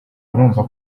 urumva